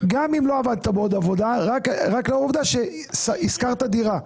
גם אם לא עבדת בעוד עבודה; רק על העובדה שהשכרת דירה.